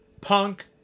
Punk